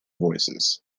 voices